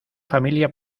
familia